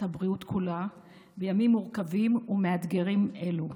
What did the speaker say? הבריאות כולה בימים מורכבים ומאתגרים אלו.